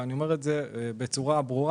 ואני אומר את בצורה ברורה,